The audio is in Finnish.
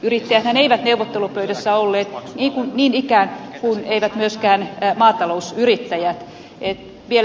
yrittäjäthän eivät neuvottelupöydässä olleet niin kuin eivät myöskään maatalousyrittäjät